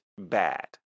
bad